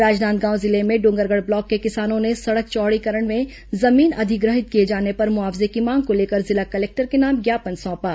राजनांदगांव जिले में डोंगरगढ़ ब्लॉक के किसानों ने सड़क चौड़ीकरण में जमीन अधिग्रहित किए जाने पर मुआवजे की मांग को लेकर जिला कलेक्टर के नाम ज्ञापन सौंपा